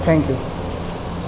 thank you